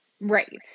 Right